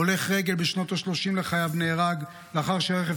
הולך רגל בשנות השלושים לחייו נהרג לאחר שרכב